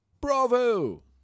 Bravo